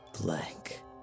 Blank